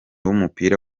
w’umupira